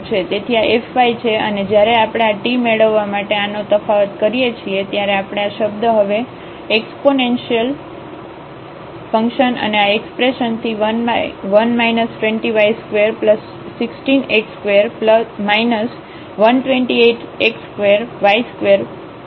તેથી આ fy છે અને જ્યારે આપણે આ t મેળવવા માટે આનો તફાવત કરીએ છીએ ત્યારે આપણે આ શબ્દ હવે એક્સપોને્નશીઅલ ફંકશન અને આ એક્સપ્રેશનથી 1 20y2 16x2 128x2y232y4મેળવીશું